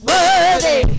Worthy